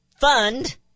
fund